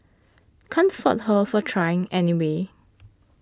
can't fault her for trying anyway